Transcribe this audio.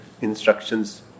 instructions